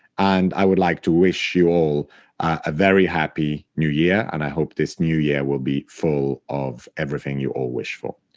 and i would like to wish you all a very happy new year, and i hope this new year will be full of everything you all wish for.